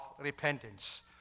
repentance